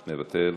מוותר,